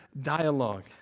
dialogue